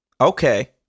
Okay